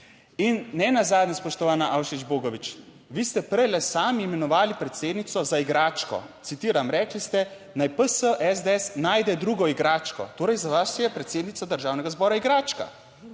In ne nazadnje, spoštovana Avšič Bogovič, vi ste prej sami imenovali predsednico za igračko, citiram, rekli ste: "Naj PS SDS najde drugo igračko." - torej, za vas je predsednica državnega zbora igračka